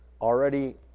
already